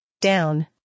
Down